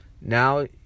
Now